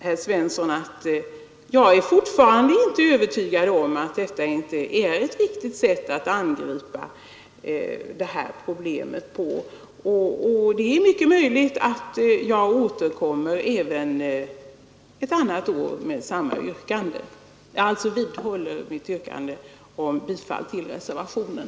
Herr talman! Jag vill bara säga till herr Svensson i Kungälv att jag fortfarande inte är övertygad om att vårt förslag inte representerar ett riktigt sätt att angripa detta problem. Det är mycket möjligt att jag återkommer även ett annat år med samma yrkande. Jag vidhåller mitt yrkande om bifall till reservationen.